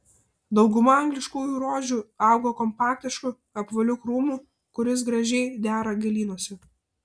dauguma angliškųjų rožių auga kompaktišku apvaliu krūmu kuris gražiai dera gėlynuose